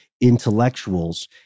intellectuals